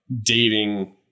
dating